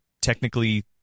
technically